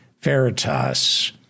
Veritas